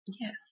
yes